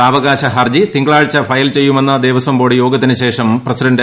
സാവകാശഹർജി തിങ്കളാഴ്ച ഫയൽ ചെയ്യുമെന്ന് ദേവസ്വം ബോർഡ് യോഗത്തിനുശേഷം പ്രസിൻ്റ്